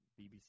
BBC